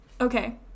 Okay